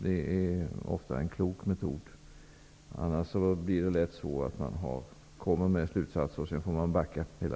Det är ofta en klok metod. Om man inte gör på det sättet händer det lätt att man redovisar slutsatser och sedan får backa.